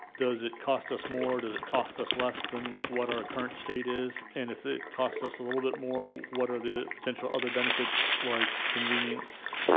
does it cost us more? does it cost us less than what our current state is? and if it costs us a little bit more, what are the potential other benefits, like convenience,